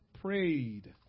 prayed